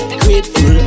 grateful